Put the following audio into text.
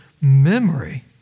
memory